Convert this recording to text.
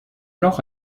noch